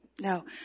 No